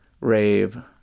rave